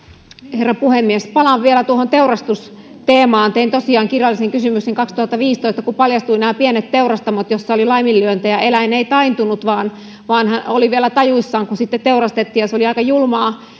herra puhemies palaan vielä tuohon teurastusteemaan tein tosiaan kirjallisen kysymyksen vuonna kaksituhattaviisitoista kun paljastuivat nämä pienet teurastamot joissa oli laiminlyöntejä eläin ei taintunut vaan vaan oli vielä tajuissaan kun sitten teurastettiin ja se oli aika julmaa